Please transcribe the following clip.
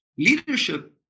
Leadership